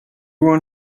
won